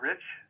Rich